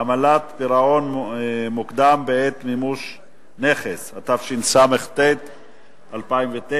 עמלת פירעון מוקדם בעת מימוש נכס), התשס"ט 2009,